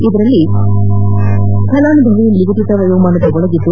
ಇದರಲ್ಲಿ ಫಲಾನುಭವಿಯು ನಿಗದಿತ ವಯೋಮಾನದೊಳಗಿದ್ದು